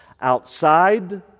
outside